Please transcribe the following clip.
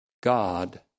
God